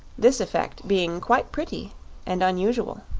this effect being quite pretty and unusual.